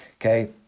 Okay